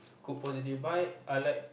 good positive vibe I like